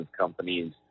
companies